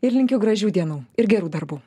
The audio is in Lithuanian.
ir linkiu gražių dienų ir gerų darbų